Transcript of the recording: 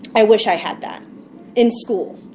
i wish i had that in school,